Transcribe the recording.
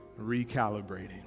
recalibrating